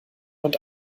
und